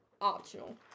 optional